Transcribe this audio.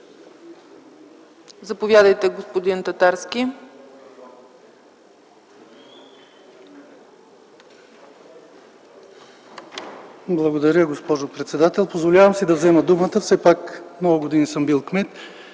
Заповядайте, господин Татарски.